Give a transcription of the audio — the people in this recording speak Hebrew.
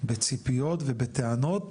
בציפיות ובטענות